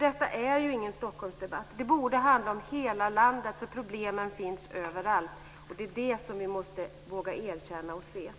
Detta är ju ingen Stockholmsdebatt. Den borde handla om hela landet. Problemen finns överallt. Det är det vi måste våga se och erkänna.